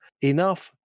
enough